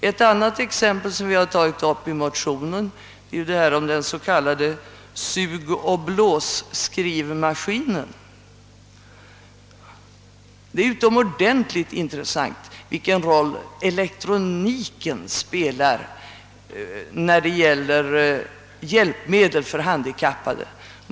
Ett annat exempel som vi har tagit upp i motionen är den s.k. sugoch blåsskrivmaskinen. Det är över huvud taget utomordentligt intressant att se vilken roll elektrotekniken spelar i fråga om hjälpmedel för handikappade.